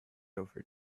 over